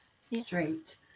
straight